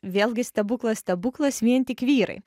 vėlgi stebuklas stebuklas vien tik vyrai